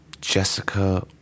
Jessica